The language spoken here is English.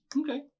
Okay